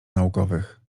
naukowych